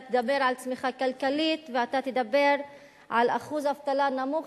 אתה תדבר על צמיחה כלכלית ואתה תדבר על אחוז אבטלה נמוך,